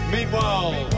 Meanwhile